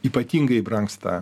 ypatingai brangsta